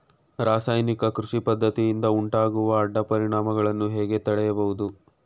ರಾಸಾಯನಿಕ ಕೃಷಿ ಪದ್ದತಿಯಿಂದ ಉಂಟಾಗುವ ಅಡ್ಡ ಪರಿಣಾಮಗಳನ್ನು ಹೇಗೆ ತಡೆಯಬಹುದು?